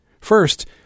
First